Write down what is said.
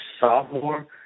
sophomore